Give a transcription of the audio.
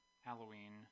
halloween